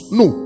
no